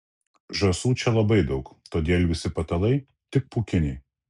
žąsų čia labai daug todėl visi patalai tik pūkiniai